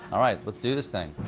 all right, let's do this thing.